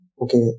Okay